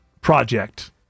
project